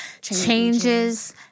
changes